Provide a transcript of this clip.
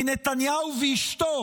כי נתניהו ואשתו